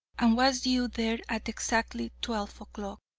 and was due there at exactly twelve o'clock,